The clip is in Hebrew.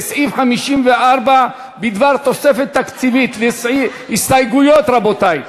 לסעיף 54 בדבר תוספת תקציבית, הסתייגויות, רבותי,